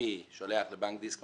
לאומי שולח כסף לבנק דיסקונט